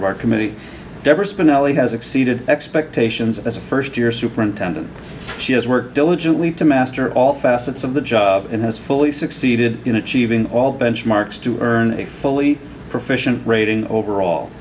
of our committee deborah spinelli has exceeded expectations as a first year superintendent she has worked diligently to master all facets of the job and has fully succeeded in achieving all benchmarks to earn a fully profession rating overall